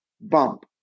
bump